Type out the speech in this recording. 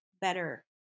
better